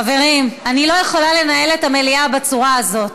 חברים, אני לא יכולה לנהל את המליאה בצורה הזאת.